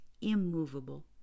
Immovable